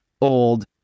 old